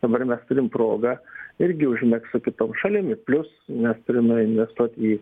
dabar mes turim progą irgi užmegzt su kitom šalim ir plius mes turime investuot į